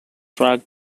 truck